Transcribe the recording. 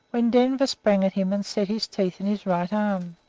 when denver sprang at him and set his teeth in his right arm.